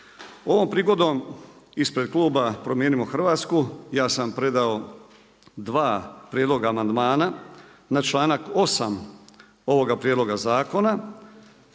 Ovom prigodom ispred kluba Promijenimo Hrvatsku, ja sam predao 2 prijedloga amandmana na članak 8. ovoga prijedloga zakona